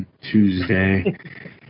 tuesday